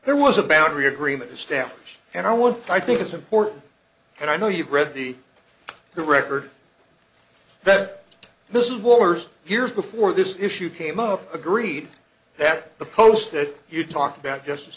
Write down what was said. there was a boundary agreement established and i want i think it's important and i know you've read the the record that most wars years before this issue came up agreed that the post that you talk about justice